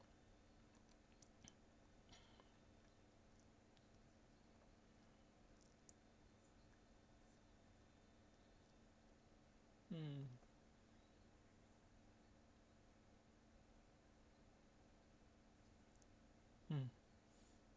mm mm